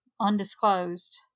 undisclosed